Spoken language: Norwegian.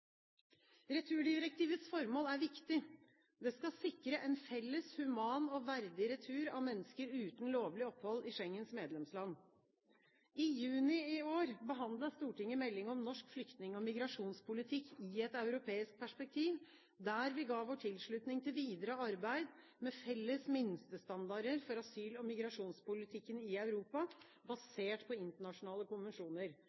Returdirektivets formål er viktig. Det skal sikre en felles human og verdig retur av mennesker uten lovlig opphold i Schengens medlemsland. I juni i år behandlet Stortinget melding om norsk flyktning- og migrasjonspolitikk i et europeisk perspektiv, der vi ga vår tilslutning til videre arbeid med felles minstestandarder for asyl- og migrasjonspolitikken i Europa,